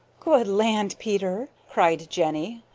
good land, peter! cried jenny.